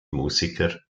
musiker